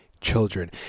children